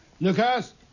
Lucas